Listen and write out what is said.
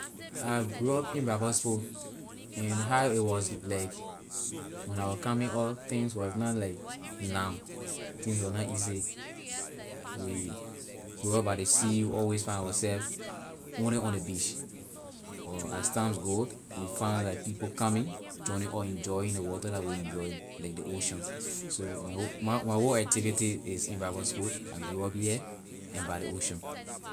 I grew up in robertsport and how it was like when I was coming up things was not like now things was not easy we grew up by the sea we always find ourself only on the beach but as time go we find like people coming joining us enjoy the water that we enjoying like the ocean so my whole activity is in robertsport I grew up here and by the ocean.